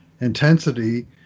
intensity